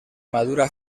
madura